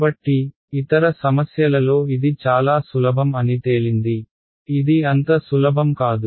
కాబట్టి ఇతర సమస్యలలో ఇది చాలా సులభం అని తేలింది ఇది అంత సులభం కాదు